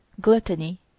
gluttony